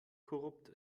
korrupt